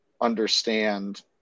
understand